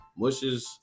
mushes